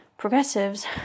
Progressives